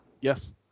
Yes